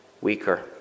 weaker